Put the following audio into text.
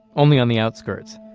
only on the outskirts.